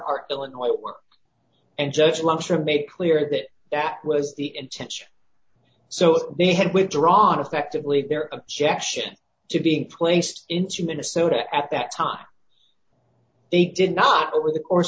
our illinois work and judge webster made clear that that was the intention so if they had withdrawn effectively their objection to being placed into minnesota at that time they did not over d the course